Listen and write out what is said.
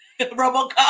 Robocop